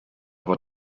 aber